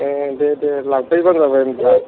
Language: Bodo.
ए दे दे लांफैबानो जाबाय होमब्ला